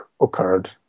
occurred